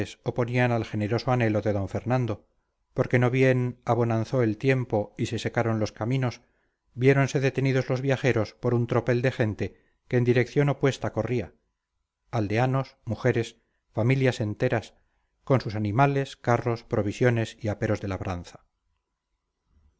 oponían al generoso anhelo de d fernando porque no bien abonanzó el tiempo y se secaron los caminos viéronse detenidos los viajeros por un tropel de gente que en dirección opuesta corría aldeanos mujeres familias enteras con sus animales carros provisiones y aperos de labranza